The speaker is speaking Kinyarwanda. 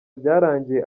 byarangiye